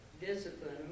discipline